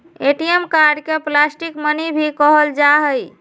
ATM card के plastic money भी कहल जाहई